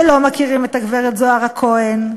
שלא מכירים את הגברת זוהרה כהן,